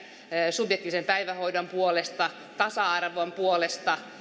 subjektiivisen päivähoidon puolesta tasa arvon puolesta